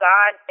God